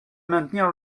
maintenir